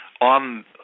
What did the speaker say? on